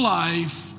life